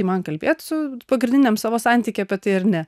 tai man kalbėt su pagrindiniam savo santykį apie tai ar ne